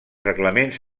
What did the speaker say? reglaments